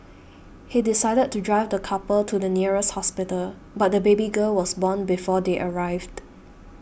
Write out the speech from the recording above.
he decided to drive the couple to the nearest hospital but the baby girl was born before they arrived